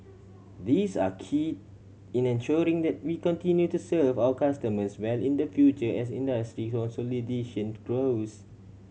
these are key in ensuring that we continue to serve our customers well in the future as industry consolidation grows